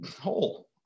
hole